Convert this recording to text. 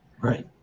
right